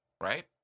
right